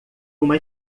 uma